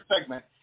segment